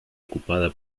ocupada